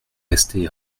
resté